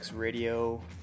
radio